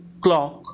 clock